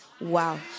Wow